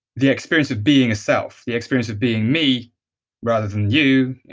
the experience of being yourself, the experience of being me rather than you.